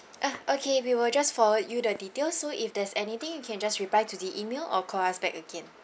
ah okay we will just forward you the details so if there's anything you can just reply to the email or call us back again